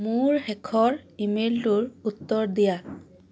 মোৰ শেষৰ ইমেইলটোৰ উত্তৰ দিয়া